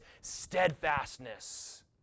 steadfastness